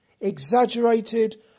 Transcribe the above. exaggerated